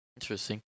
Interesting